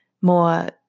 more